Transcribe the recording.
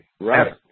Right